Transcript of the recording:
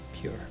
pure